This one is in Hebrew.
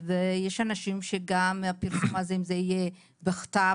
וגם אם הפרסום הזה יהיה בכתב,